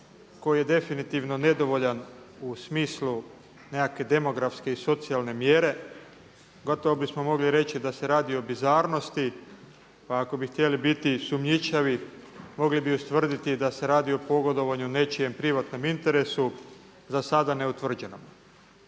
koji je definitivno nedovoljan u smislu nekakve demografske i socijalne mjere, gotovo bismo mogli reći da se radi o bizarnosti. Pa ako bi htjeli biti sumnjičavi mogli bi ustvrditi da se radi o pogodovanju nečijem privatnom interesu za sada ne utvrđenom.